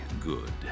good